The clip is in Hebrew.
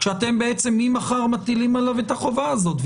כשאתם בעצם ממחר מטילים עליו את החובה הזאת?